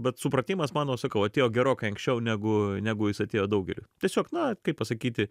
bet supratimas mano sakau atėjo gerokai anksčiau negu negu jis atėjo daugeliui tiesiog na kaip pasakyti